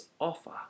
offer